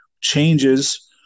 changes